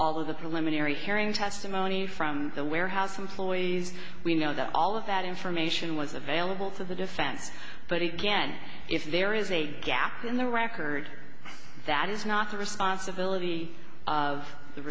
all of the preliminary hearing testimony from the warehouse employees we know that all of that information was available to the defense but again if there is a gap in the record that is not the responsibility of the